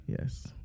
Yes